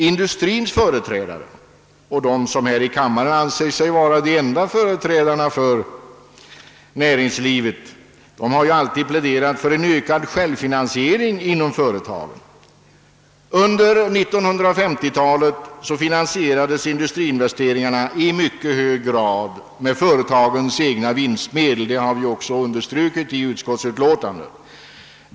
Industrins företrädare och de som här i kammaren anser sig vara de verkliga företrädarna för näringslivet har ju alltid pläderat för en ökad självfinansiering inom företagen. Under 1950-talet finansierades industriinvesteringarna i mycket hög grad med företagens egna vinstmedel, vilket vi också har understrukit i utskottsutlåtandet.